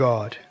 God